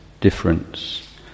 difference